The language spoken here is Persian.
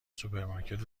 سوپرمارکت